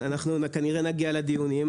אנחנו כנראה נגיע לדיונים,